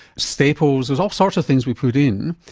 staples, there's all sorts of things we put in.